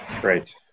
Great